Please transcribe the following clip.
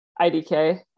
IDK